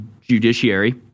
Judiciary